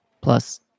Plus